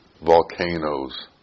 volcanoes